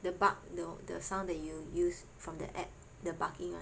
the bark you know the sound that you use from the app the barking [one]